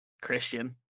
Christian